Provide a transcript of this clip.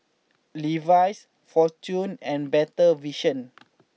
Levi's Fortune and Better Vision